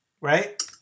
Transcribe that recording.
Right